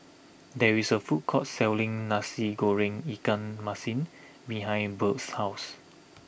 there is a food court selling Nasi Goreng Ikan Masin behind Bert's house